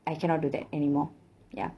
I cannot do that anymore ya